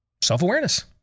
Self-awareness